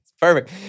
Perfect